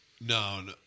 No